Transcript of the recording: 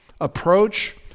approach